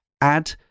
add